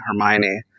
Hermione